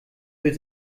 viel